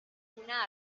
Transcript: una